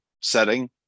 setting